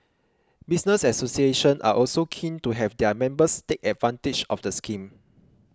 business associations are also keen to have their members take advantage of the scheme